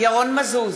ירון מזוז,